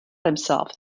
himself